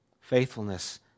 Faithfulness